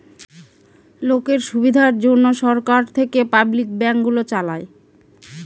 লোকের সুবিধার জন্যে সরকার থেকে পাবলিক ব্যাঙ্ক গুলো চালায়